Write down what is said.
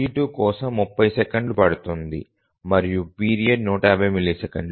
T2 కోసం 30 మిల్లీసెకన్లు పడుతుంది మరియు పీరియడ్ 150 మిల్లీసెకన్లు